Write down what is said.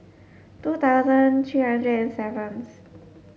two thousand three hundred and seventh